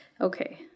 Okay